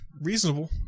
reasonable